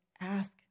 ask